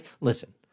listen